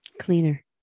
Cleaner